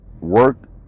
work